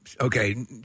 Okay